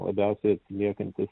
labiausiai atsiliekantys